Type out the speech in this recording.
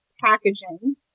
packaging